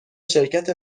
شرکت